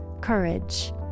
courage